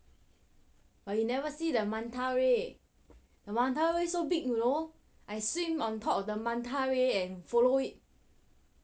but you never see the manta rays the manta rays so big you know I swim on top of the manta rays and follow it